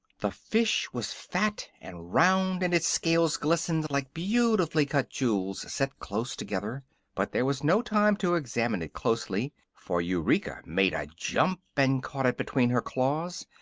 the fish was fat and round, and its scales glistened like beautifully cut jewels set close together but there was no time to examine it closely, for eureka made a jump and caught it between her claws,